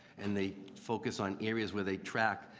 and they focus on areas where they track.